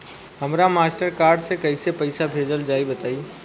हमरा Mastercard से कइसे पईसा भेजल जाई बताई?